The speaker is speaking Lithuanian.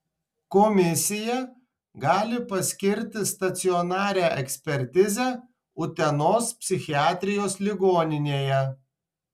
komisija gali paskirti stacionarią ekspertizę utenos psichiatrijos ligoninėje